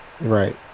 right